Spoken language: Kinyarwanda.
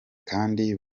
kandi